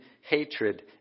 hatred